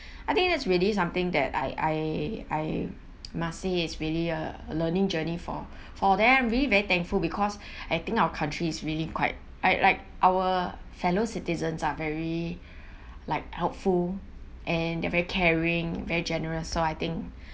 I think that's really something that I I I must say is really a learning journey for for them I'm really very thankful because I think our country is really quite I like our fellow citizens are very like helpful and they're very caring very generous so I think